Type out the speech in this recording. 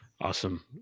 Awesome